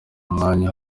umwanya